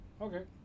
Okay